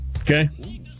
Okay